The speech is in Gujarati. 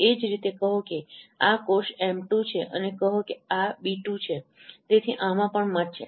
એ જ રીતે કહો કે આ કોષ એમ2 છે અને કહો કે આ બી2 છે તેથી આમાં પણ મત છે